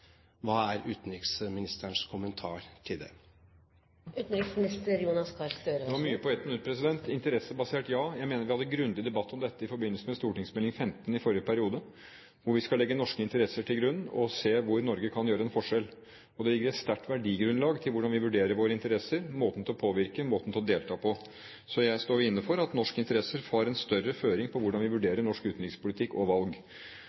Hva er utenriksministerens kommentar til det? Det var mye på 1 minutt. Interessebasert: Ja. Jeg mener vi hadde en grundig debatt om dette i forbindelse med St.meld. nr. 15 for 2008–2009 i forrige periode. Vi skal legge norske interesser til grunn og se hvor Norge kan gjøre en forskjell. Det ligger et sterkt verdigrunnlag til grunn for hvordan vi vurderer våre interesser – måten til å påvirke og måten til å delta på. Så jeg står inne for at norske interesser har en større føring på hvordan vi vurderer norsk utenrikspolitikk og valg.